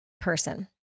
person